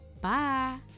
Bye